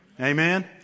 Amen